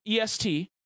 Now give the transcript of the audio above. EST